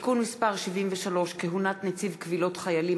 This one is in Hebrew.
(תיקון מס' 73) (כהונת נציב קבילות חיילים),